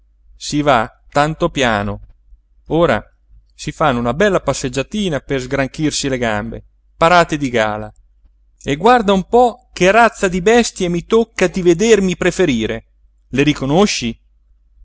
si va tanto piano ora si fanno una bella passeggiatina per sgranchirsi le gambe parati di gala e guarda un po che razza di bestie mi tocca di vedermi preferire le riconosci